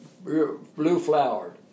blue-flowered